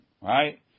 right